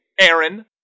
Aaron